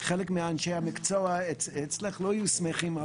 חלק מאנשי המקצוע אצלך לא היו שמחים על